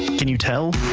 can you tell.